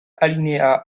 alinéa